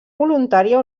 voluntària